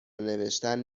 نوشتن